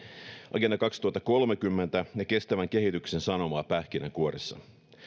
agenda kaksituhattakolmekymmentä ja kestävän kehityksen sanoma pähkinänkuoressa